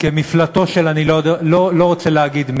כמפלטו של, אני לא רוצה להגיד מי.